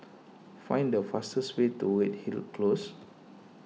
find the fastest way to Redhill Close